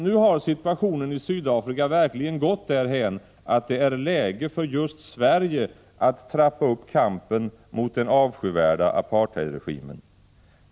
Nu har situationen i Sydafrika verkligen gått därhän att det är läge för just Sverige att trappa upp kampen mot den avskyvärda apartheidregimen.